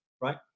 right